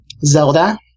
Zelda